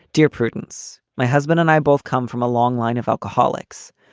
dear prudence, my husband and i both come from a long line of alcoholics.